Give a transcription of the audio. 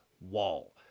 wall